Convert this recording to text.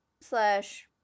slash